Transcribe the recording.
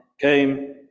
came